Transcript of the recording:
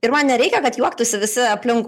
ir man nereikia kad juoktųsi visi aplink